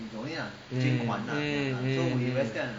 mm mm mm